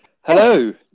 Hello